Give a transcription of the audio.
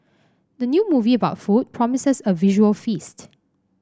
the new movie about food promises a visual feast